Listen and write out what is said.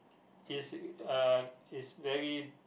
is uh is very